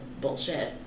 bullshit